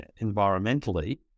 environmentally